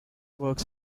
works